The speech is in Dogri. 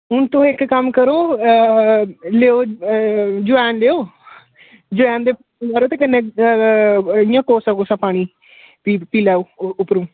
हून तुस इक्क कम्म करो जमैन लैओ ते ओह्दे कन्नै इंया कोसा कोसा पानी पी लैओ उप्परो